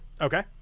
Okay